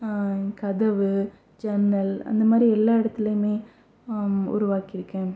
கதவு ஜன்னல் இந்தமாதிரி எல்லா இடத்துலையுமே உருவாக்கிருக்கேன்